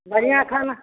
बढ़िआँ खाना